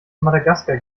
madagaskar